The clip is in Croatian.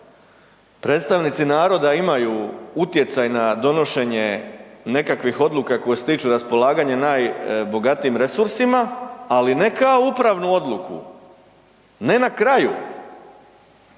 predstavnici naroda imaju utjecaj na donošenje nekakvih odluka koje se tiču raspolaganja najbogatijim resursima, ali ne kao upravnu odluku. Ne na kraju.